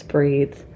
Breathe